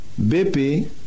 BP